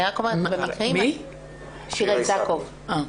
נכון.